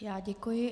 Já děkuji.